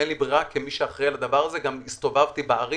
אין לי ברירה כמי שאחראי על הדבר הזה וגם הסתובבתי בערים,